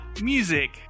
music